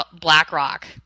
Blackrock